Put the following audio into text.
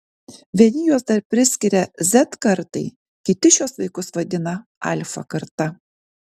vieni juos dar priskiria z kartai kiti šiuos vaikus vadina alfa karta